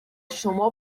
شما